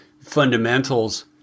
fundamentals